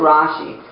Rashi